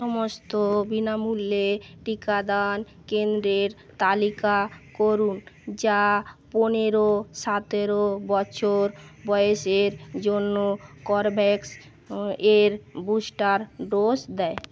সমস্ত বিনামূল্যে টিকাদান কেন্দ্রের তালিকা করুন যা পনেরো সাতেরো বছর বয়সের জন্য কর্বেভ্যাক্স এর বুস্টার ডোজ দেয়